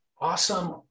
awesome